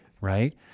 Right